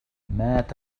مات